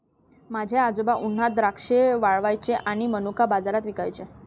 माझे आजोबा उन्हात द्राक्षे वाळवायचे आणि मनुका बाजारात विकायचे